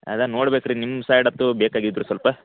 ಅದೇ ನೋಡ್ಬೇಕು ರೀ ನಿಮ್ಮ ಸೈಡಂತು ಬೇಕಾಗಿದೆ ರೀ ಸ್ವಲ್ಪ